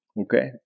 okay